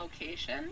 location